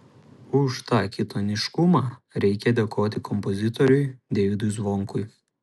už tą kitoniškumą reikia dėkoti kompozitoriui deividui zvonkui